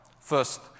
First